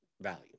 value